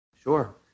Sure